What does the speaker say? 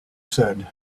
said